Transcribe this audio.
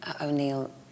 O'Neill